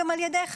גם על ידיך,